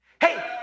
Hey